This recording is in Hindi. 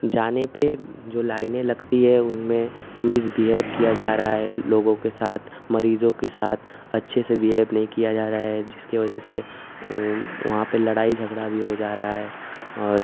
जाने पर जो लाइनें लगती हैं उनमें मिसबिहेव किया जा रहा है लोगों के साथ मरीजों के साथ अच्छे से बिहेव नहीं किया जा रहा है जिसकी वज़ह से वहाँ पर लड़ाई झगड़ा भी हो जा रहा है और